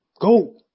go